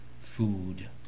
food